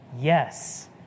Yes